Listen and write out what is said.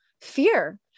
fear